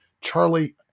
Charlie